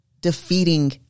defeating